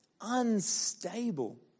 Unstable